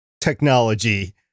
technology